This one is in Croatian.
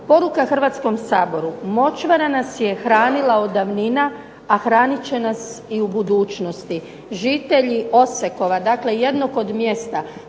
Poruka Hrvatskom saboru: močvara nas je hranila od davnina, a hranit će nas i u budućnosti. Žitelji Osekova, dakle jednog od mjesta.